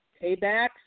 paybacks